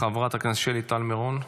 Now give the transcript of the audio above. חברת הכנסת שלי טל מירון,